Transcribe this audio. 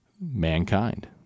mankind